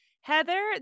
Heather